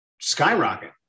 skyrocket